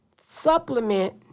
supplement